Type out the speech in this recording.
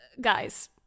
guys